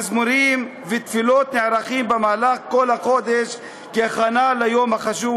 מזמורים ותפילות נערכים כל החודש כהכנה ליום החשוב,